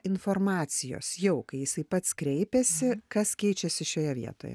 informacijos jau kai jisai pats kreipėsi kas keičiasi šioje vietoje